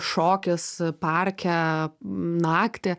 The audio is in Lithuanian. šokis parke naktį